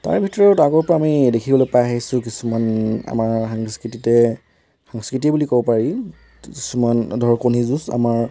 তাৰ ভিতৰত আগৰ পৰা আমি দেখিবলৈ পাই আহিছোঁ কিছুমান আমাৰ সাংস্কৃতিতে সাংস্কৃতি বুলি ক'ব পাৰি কিছুমান ধৰক কণী যুঁজ আমাৰ